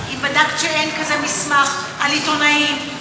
אם בדקת שאין כזה מסמך על עיתונאים,